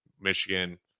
Michigan